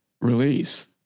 release